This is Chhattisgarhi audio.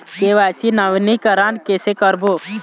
के.वाई.सी नवीनीकरण कैसे करबो?